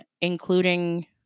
including